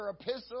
epistle